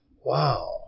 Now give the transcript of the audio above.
wow